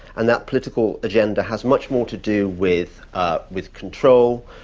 and that political agenda has much more to do with ah with control,